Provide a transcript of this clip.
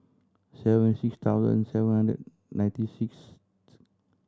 seven six thousand seven hundred and ninety sixth